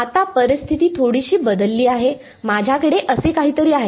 आत्ता परिस्थिती थोडीशी बदलली आहे माझ्याकडे असे काहीतरी आहे